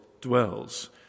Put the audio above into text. dwells